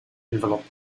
envelop